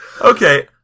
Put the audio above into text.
Okay